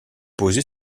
posée